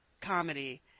Comedy